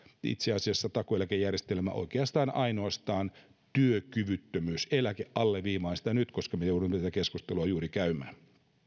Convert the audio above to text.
itse asiassa takuueläkejärjestelmä on oikeastaan ainoastaan työkyvyttömyyseläke alleviivaan sitä nyt koska me jouduimme tätä keskustelua juuri käymään